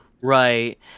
right